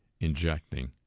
injecting